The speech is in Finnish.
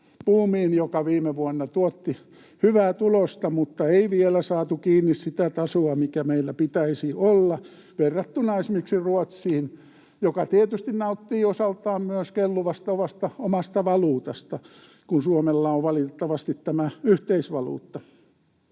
joka viime vuonna tuotti hyvää tulosta, mutta ei vielä saatu kiinni sitä tasoa, mikä meillä pitäisi olla, verrattuna esimerkiksi Ruotsiin, joka tietysti nauttii osaltaan myös kelluvasta omasta valuutasta, kun Suomella on valitettavasti tämä yhteisvaluutta.